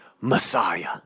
Messiah